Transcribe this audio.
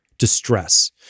Distress